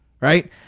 Right